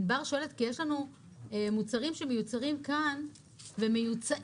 היא שואלת כי יש לנו מוצרים שמיוצרים כאן ומיוצאים.